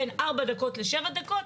בין ארבע דקות לשבע דקות,